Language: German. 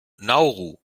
nauru